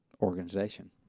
organization